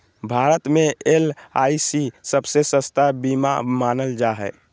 भारत मे एल.आई.सी सबसे सस्ता बीमा मानल जा हय